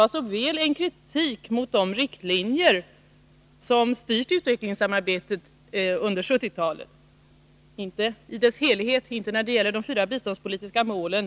Det var en kritik mot de riktlinjer som styrt utvecklingssamarbetet under 1970-talet, dock inte i dess helhet och inte när det gäller de fyra biståndspolitiska målen.